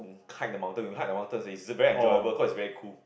hike the mountain you hike the mountain it's very enjoyable cause it's very cool